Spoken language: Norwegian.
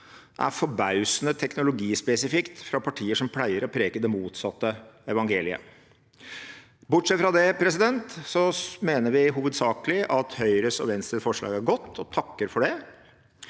er forbausende teknologispesifikt fra partier som pleier å preke det motsatte evangeliet. Bortsett fra det mener vi hovedsakelig at Høyres og Venstres forslag er gode og takker for dem.